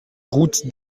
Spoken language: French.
route